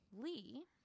Lee